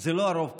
זה לא הרוב קובע,